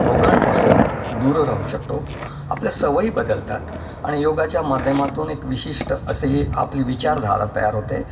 रोगांपासून दूर राहू शकतो आपल्या सवयी बदलतात आणि योगाच्या माध्यमातून एक विशिष्ट असे आपली विचारधारा तयार होते